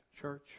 church